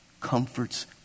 comforts